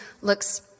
looks